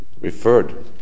referred